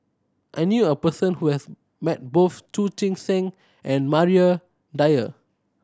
I knew a person who has met both Chu Chee Seng and Maria Dyer